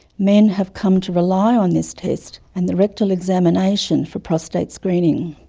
men have come to rely on this test and the rectal examination for prostate screening.